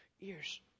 Ears